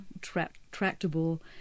tractable